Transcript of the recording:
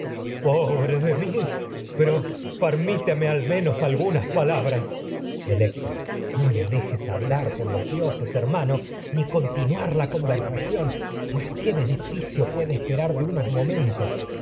pobre de mi pero permite me al menos algunas palabras no le electra dejes hablar por los dioses her mano cio ni continuar la conversación pues qué esperar benefi que puede de unos momentos